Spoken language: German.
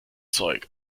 zeug